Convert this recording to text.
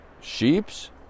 Sheeps